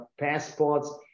passports